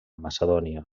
macedònia